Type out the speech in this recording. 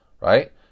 Right